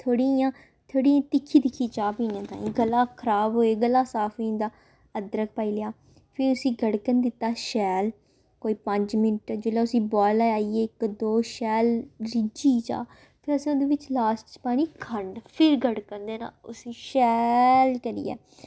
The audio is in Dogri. थोह्ड़ी इ'यां थोह्ड़ी त्रिक्खी त्रिक्खी चाह् पीने ताई गला खराब होए गला साफ होई जंदा अदरक पाई लेआ फ्ही उसी गड़कन दित्ता शैल कोई पंज मिंट्ट जेल्लै उसी बोआल आइयै इक दो शैल रिज्झी चाह् फिर असें ओह्दे बिच्च लास्ट च पानी खंड फिर गड़कन दे न उसी शैल करियै